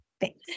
Thanks